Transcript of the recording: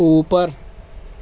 اوپر